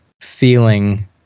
feeling